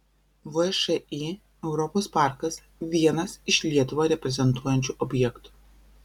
všį europos parkas vienas iš lietuvą reprezentuojančių objektų